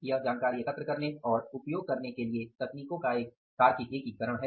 यह जानकारी एकत्र करने और उपयोग करने के लिए तकनीकों का एक तार्किक एकीकरण है